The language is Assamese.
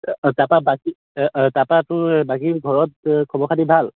তাৰপৰা বাকী তাৰপৰা তোৰ বাকী ঘৰত খবৰ খাতি ভাল